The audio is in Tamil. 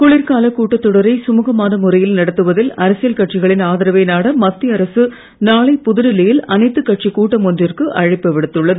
குளிர்காலக் கூட்டத்தொடரை சுமுகமான முறையில் நடத்துவதில் அரசியல் கட்சிகளின் ஆதரவை நாட மத்திய அரசு நாளை புதுடில்லியில் அனைத்துக் கட்சிக் கூட்டம் ஒன்றுக்கு அழைப்பு விடுத்துள்ளது